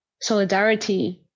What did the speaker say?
solidarity